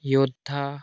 য়োদ্ধা